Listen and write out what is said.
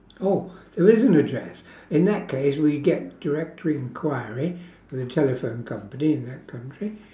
oh it is an address in that case we get direct reinquiry to the telephone company in that country